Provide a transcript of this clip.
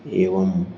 एवम्